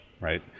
right